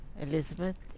Elizabeth